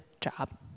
job